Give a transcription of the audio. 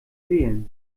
wählen